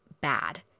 bad